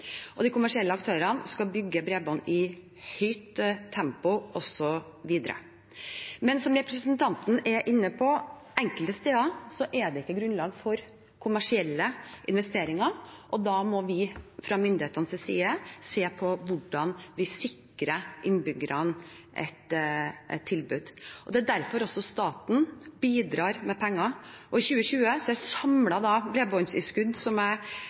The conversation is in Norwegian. og de kommersielle aktørene skal bygge bredbånd i høyt tempo også videre. Men som representanten er inne på, er det enkelte steder ikke grunnlag for kommersielle investeringer, og da må vi fra myndighetenes side se på hvordan vi sikrer innbyggerne et tilbud. Det er derfor også staten bidrar med penger, og i 2020 er samlet bredbåndstilskudd, som